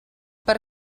per